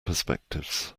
perspectives